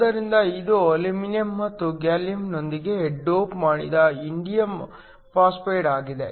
ಆದ್ದರಿಂದ ಇದು ಅಲ್ಯೂಮಿನಿಯಂ ಮತ್ತು ಗ್ಯಾಲಿಯಂನೊಂದಿಗೆ ಡೋಪ್ ಮಾಡಿದ ಇಂಡಿಯಮ್ ಫಾಸ್ಫೈಡ್ ಆಗಿದೆ